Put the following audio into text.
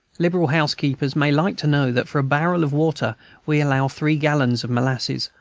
liberal housekeepers may like to know that for a barrel of water we allow three gallons of molasses,